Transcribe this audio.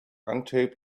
untaped